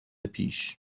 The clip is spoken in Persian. پیش